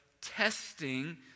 testing